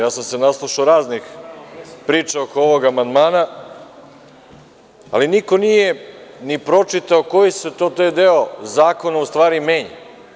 Ja sam se naslušao raznih priča oko ovog amandmana, ali niko nije ni pročitao koji se to deo zakona, u stvari menja.